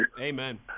Amen